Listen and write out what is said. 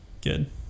Good